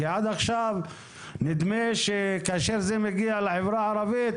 כי עד עכשיו נדמה שכשזה מגיע לחברה הערבית